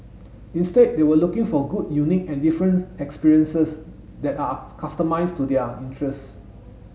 instead they were looking for good unique and different experiences that are customised to their interests